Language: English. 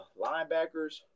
linebackers